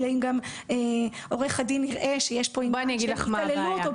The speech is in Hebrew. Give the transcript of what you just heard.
אלא אם גם עורך הדין יראה שיש פה עניין של התעללות או פגיעה,